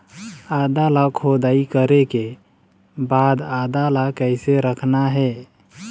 आदा ला खोदाई करे के बाद आदा ला कैसे रखना हे?